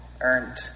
earned